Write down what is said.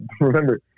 remember